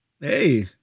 Hey